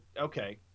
Okay